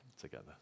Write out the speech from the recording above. together